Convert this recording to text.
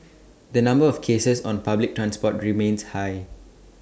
the number of cases on public transport remains high